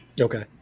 Okay